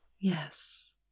Yes